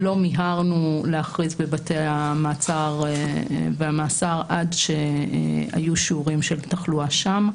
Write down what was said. לא מיהרנו להכריז בבתי המעצר והמאסר עד שהיו שיעורים של תחלואה שם.